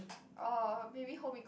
oh maybe home econs